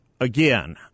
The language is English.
again